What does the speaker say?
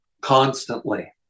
constantly